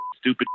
stupid